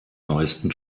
neuesten